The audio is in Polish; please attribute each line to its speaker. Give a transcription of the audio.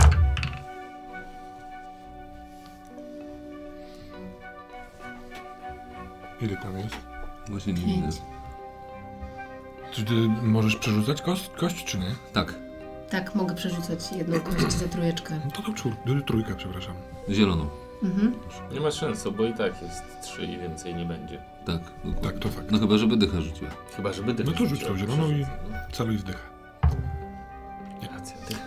Speaker 1: Ile tam jest?
Speaker 2: Właśnie nie wiem.
Speaker 3: Pięć.
Speaker 1: Czy ty możesz przerzucać kos- kość, czy nie?
Speaker 2: Tak.
Speaker 3: Tak, mogę przerzucać jedną kość za trójeczkę.
Speaker 1: No to to czwór- trójka, przepraszam.
Speaker 2: Zieloną.
Speaker 3: Mhm.
Speaker 4: Nie ma sensu, bo i tak jest trzy i więcej nie będzie.
Speaker 2: Tak, dokładnie.
Speaker 1: Tak, to tak.
Speaker 2: No chyba, żeby dycha rzuciłem.
Speaker 4: Chyba, żeby dycha
Speaker 1: No to rzuć tą
Speaker 4: rzuciłem.
Speaker 1: zieloną i
Speaker 4: No.
Speaker 1: cały i wdycha. Nie-
Speaker 4: Racja, dycha.